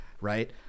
Right